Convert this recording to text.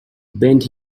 bend